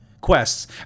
quests